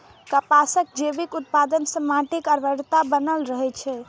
कपासक जैविक उत्पादन सं माटिक उर्वरता बनल रहै छै